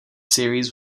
series